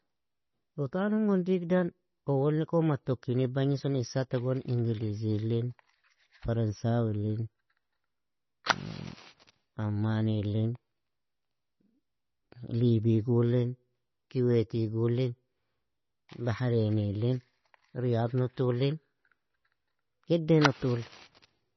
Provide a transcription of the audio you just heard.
Rutan ungon digdan, uolnikun mattokinig bagnisun, isatagon ingelizilin, farnsawilin, ammanilin, libigulin, kiwetigulin, baharanilin, riadhn utulin, jedden utuli.